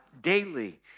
daily